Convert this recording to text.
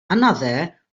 another